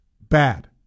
Bad